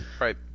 Right